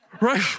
Right